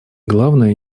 главное